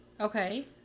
Okay